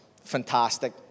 fantastic